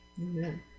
Amen